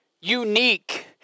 unique